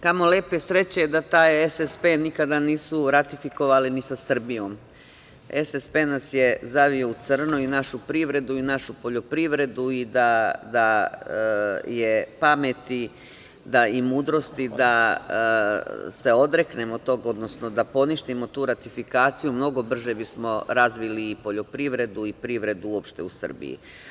Kamo lepe sreće da taj SSP nikada nisu ratifikovali ni sa Srbijom, SSP nas je zavio u crno i našu privredu i našu poljoprivredu i da je pameti i mudrosti da se odreknemo toga, odnosno da poništimo tu ratifikaciju, mnogo brže bismo razvili poljoprivredu i privredu uopšte u Srbiji.